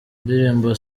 ndirimbo